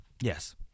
Yes